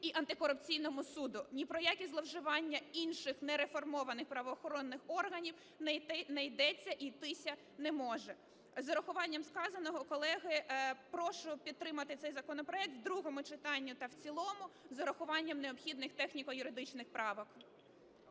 і антикорупційному суду. Ні про які зловживання інших нереформованих правоохоронних органів не йдеться і йтися не може. З урахуванням сказаного, колеги, прошу підтримати цей законопроект в другому читанні та в цілому з урахуванням необхідних техніко-юридичних правок.